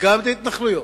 וגם את ההתנחלויות,